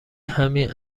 همین